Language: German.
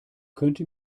könnte